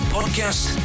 Podcast